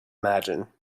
imagine